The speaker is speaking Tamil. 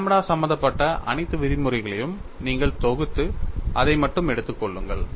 லாம்ப்டா சம்பந்தப்பட்ட அனைத்து விதிமுறைகளையும் நீங்கள் தொகுத்து இதை மட்டும் எடுத்துக் கொள்ளுங்கள்